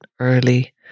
early